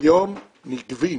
כיום נגבים